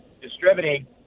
Distributing